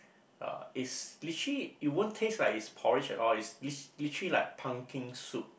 uh it's literally it won't taste like it's porridge at all it's literally like pumpkin soup